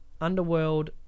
Underworld